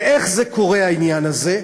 ואיך זה קורה, העניין הזה?